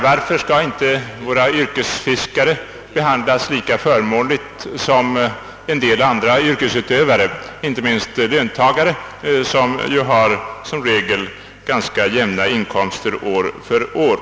Varför skall inte våra yrkesfiskare behandlas lika förmånligt som en del andra yrkesutövare, kanske särskilt löntagare, vilka som regel har ganska jämna inkomster år från år?